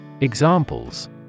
Examples